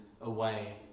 away